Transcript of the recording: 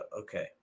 Okay